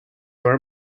your